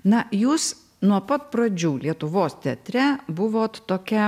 na jūs nuo pat pradžių lietuvos teatre buvot tokia